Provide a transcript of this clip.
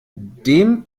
dem